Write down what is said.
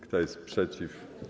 Kto jest przeciw?